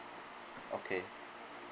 okay